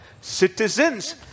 citizens